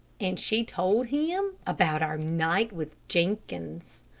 and she told him about our night with jenkins.